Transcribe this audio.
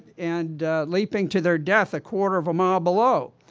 and leaping to their death a quarter of a mile below.